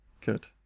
Good